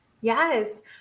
Yes